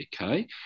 Okay